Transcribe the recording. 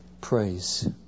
praise